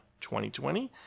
2020